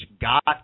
got